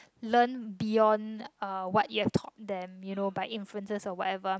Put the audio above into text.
learn beyond uh what you have taught them you know by influences or whatever